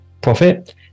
profit